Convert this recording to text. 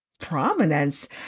prominence